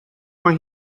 mae